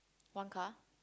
one car